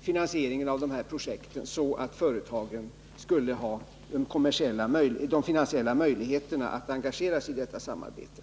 finansieringen av dessa projekt så att företagen skulle ha de finansiella möjligheterna att engagera sig i detta samarbete.